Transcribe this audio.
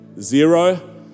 zero